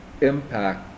impact